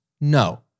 No